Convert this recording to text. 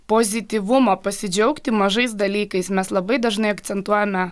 pozityvumo pasidžiaugti mažais dalykais mes labai dažnai akcentuojame